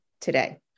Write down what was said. today